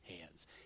hands